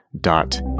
dot